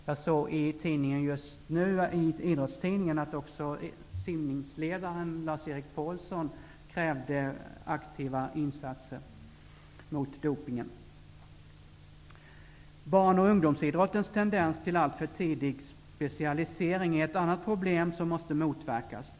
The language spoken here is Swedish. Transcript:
Jag såg i tidningen att också simningsledaren Lars Erik Pålsson krävt aktiva insatser mot dopingen. Barn och ungdomsidrottens tendens till alltför tidig specialisering är ett annat problem som måste motverkas.